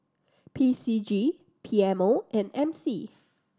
P C G P M O and M C